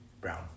Brown